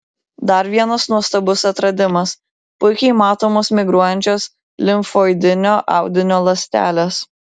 dar vienas nuostabus atradimas puikiai matomos migruojančios limfoidinio audinio ląstelės